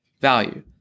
value